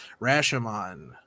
Rashomon